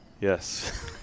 yes